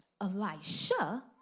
Elisha